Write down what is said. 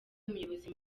umuyobozi